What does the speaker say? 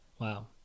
Wow